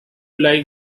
like